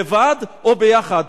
לבד או ביחד,